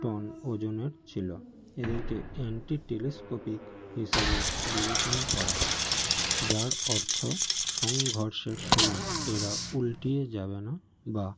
ton ওজনের ছিলো এদেরকে অ্যান্টি টেলিস্কোপিক হিসাবে বিবেচনা করা হয় যার অর্থ সংঘর্ষের সময় এরা উল্টিয়ে যাবে না বা